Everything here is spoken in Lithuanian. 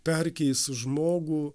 perkeis žmogų